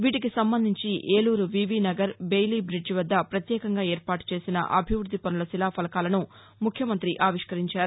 వీటికి సంబంధించి Eluru V V Nagar Bailey bridge వద్ద భ్రత్యేకంగా ఏర్పాటు చేసిన అభివృద్ది పనుల శిలాఫలకాలను ముఖ్యమంత్రి ఆవిష్టరించారు